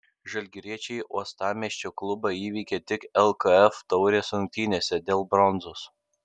žalgiriečiai uostamiesčio klubą įveikė tik lkf taurės rungtynėse dėl bronzos